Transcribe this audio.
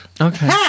Okay